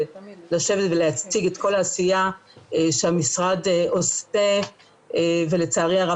לשבת ולהציג את כל העשייה שהמשרד עושה ולצערי הרב